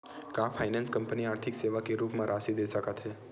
का finance company आर्थिक सेवा के रूप म राशि दे सकत हे?